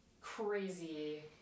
crazy